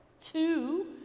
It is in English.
Two